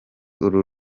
uru